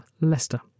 Leicester